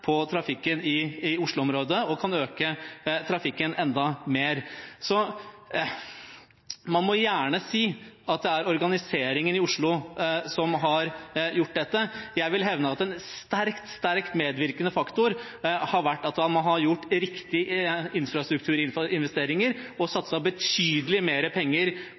på trafikken i Oslo-området og kan øke trafikken enda mer. Man må gjerne si at det er organiseringen i Oslo som har gjort dette. Jeg vil hevde at en sterkt, sterkt medvirkende faktor har vært at man har gjort riktige infrastrukturinvesteringer og satset betydelig mer penger